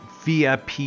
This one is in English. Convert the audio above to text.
VIP